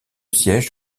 siège